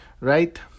right